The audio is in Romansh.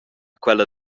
quella